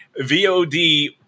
VOD